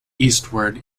eastward